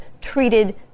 treated